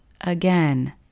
again